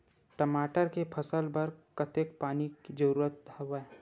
टमाटर के फसल बर कतेकन पानी के जरूरत हवय?